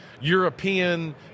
European